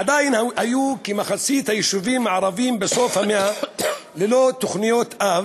עדיין היו כמחצית היישובים הערביים בסוף המאה ללא תוכניות-אב